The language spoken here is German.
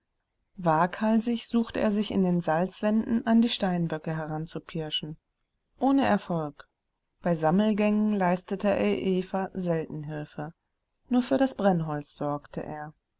waghalsig suchte er sich in den salzwänden an die steinböcke heranzupirschen ohne erfolg bei sammelgängen leistete er eva selten hilfe nur für das brennholz sorgte er